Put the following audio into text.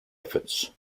efforts